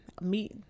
meet